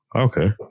Okay